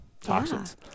toxins